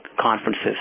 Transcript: conferences